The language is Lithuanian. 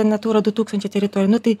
natura du tūkstančiai teritorijų nu tai